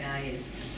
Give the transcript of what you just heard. values